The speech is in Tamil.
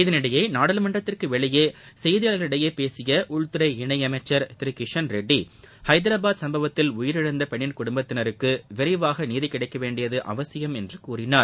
இதனிடையே நாடாளுமன்றத்திற்கு வெளியே செய்தியாளர்களிடம் பேசிய உள்துறை இணையமைச்சர் திரு கிஷன்ரெட்டி ஹைதராபாத் சம்பவத்தில் உயிரிழந்த பெண்ணின் குடும்பத்தினருக்கு விரைவாக நீதி கிடைக்க வேண்டியது அவசியம் என்றும் கூறினார்